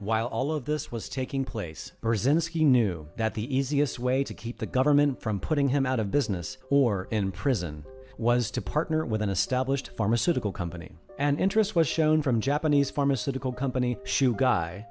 while all of this was taking place or resents he knew that the easiest way to keep the government from putting him out of business or in prison was to partner with an established pharmaceutical company and interest was shown from japanese pharmaceutical company shoe guy